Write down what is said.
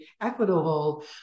equitable